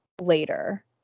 later